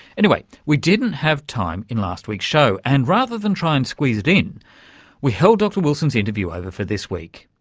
anyway, we didn't really have time in last week's show, and rather than try and squeeze it in we held dr wilson's interview over for this week.